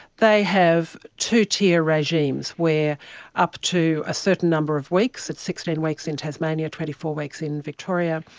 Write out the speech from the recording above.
they have two-tier regimes were up to a certain number of weeks, it's sixteen weeks in tasmania, twenty four weeks in victoria,